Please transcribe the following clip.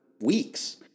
weeks